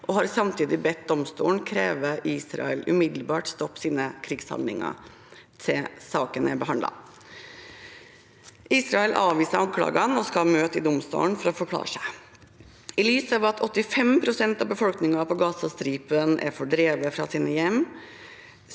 og har samtidig bedt domstolen kreve at Israel umiddelbart stopper sine krigshandlinger til saken er behandlet. Israel avviste anklagene og skal møte i domstolen for å forklare seg. I lys av at 85 pst. av befolkningen på Gazastripen er fordrevet fra sine hjem,